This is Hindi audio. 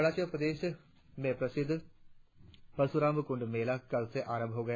अरुणाचल प्रदेश में प्रसिद्ध परशुराम कुंड मेला कल से आरंभ हो गया